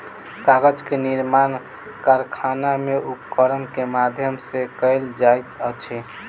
कागज के निर्माण कारखाना में उपकरण के माध्यम सॅ कयल जाइत अछि